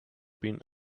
been